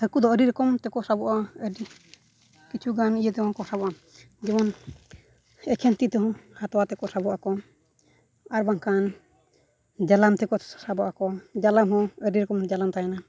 ᱦᱟᱹᱠᱩ ᱫᱚ ᱟᱹᱰᱤ ᱨᱚᱠᱚᱢ ᱛᱮᱠᱚ ᱥᱟᱵᱚᱜᱼᱟ ᱟᱹᱰᱤ ᱠᱤᱪᱷᱩ ᱜᱟᱱ ᱤᱭᱟᱹ ᱛᱮᱦᱚᱸ ᱠᱚ ᱥᱟᱵᱚᱜᱼᱟ ᱡᱮᱢᱚᱱ ᱮᱠᱮᱱ ᱛᱤ ᱛᱮᱦᱚᱸ ᱦᱟᱛᱣᱟ ᱛᱮᱠᱚ ᱥᱟᱵᱚᱜ ᱟᱠᱚ ᱟᱨ ᱵᱟᱝᱠᱷᱟᱱ ᱡᱟᱞᱟᱢ ᱛᱮᱠᱚ ᱥᱟᱵᱚᱜ ᱟᱠᱚ ᱡᱟᱞᱟᱢ ᱦᱚᱸ ᱟᱹᱰᱤ ᱨᱚᱠᱚᱢ ᱡᱟᱞᱟᱢ ᱛᱟᱦᱮᱱᱟ